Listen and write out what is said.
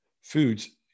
foods